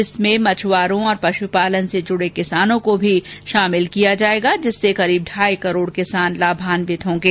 इसमें मछ्वारों और पशुपालन से जुड़े किसानों को भी शामिल किया जाएगा जिससे लगभग ढाई करोड़ किसान लाभान्वित होंगे